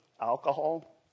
alcohol